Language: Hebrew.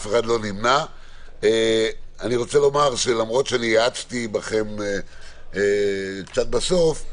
אני רוצה לומר שלמרות שאני האצתי בכם קצת בסוף,